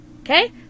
Okay